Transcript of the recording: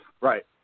Right